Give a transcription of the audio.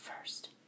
First